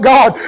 God